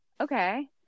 okay